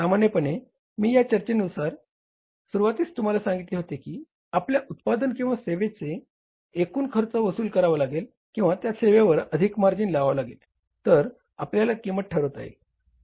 सामान्यपणे मी या चर्चेच्या सुरूवातीस तुम्हाला सांगितले होते की आपल्याला उत्पादन किंवा सेवेचा एकूण खर्च वसूल करावा लागेल किंवा त्या सेवेवर अधिक मार्जिन लावावा लागेल तर आपल्याला किंमत ठरवता येईल